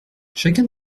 chacun